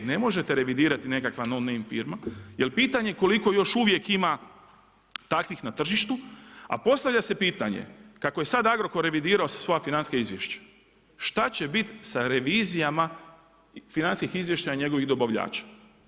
E, ne možete revidirati nekakve no name firme jer pitanje koliko još uvijek ima takvih na tržištu a postavlja se pitanje kako je sad Agrokor revidirao svoja financijska izvješća, šta će biti sa revizijama financijskih izvješća njegovih dobavljača.